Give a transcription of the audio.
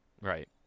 Right